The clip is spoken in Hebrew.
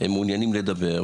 הם מעוניינים לדבר.